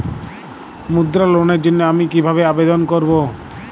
মুদ্রা লোনের জন্য আমি কিভাবে আবেদন করবো?